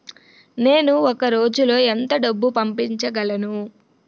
నేను ఒక రోజులో ఎంత డబ్బు పంపించగలను?